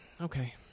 Okay